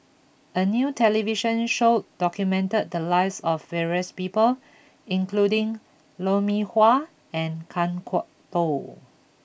a new television show documented the lives of various people including Lou Mee Wah and Kan Kwok Toh